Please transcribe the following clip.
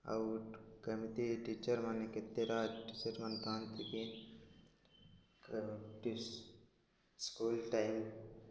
ଆଉ କେମିତି ଟିଚର୍ ମାନେ କେତେ ଟିଚର୍ ମାନେ ଥାନ୍ତିି କି ସ୍କୁଲ ଟାଇମ୍